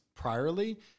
priorly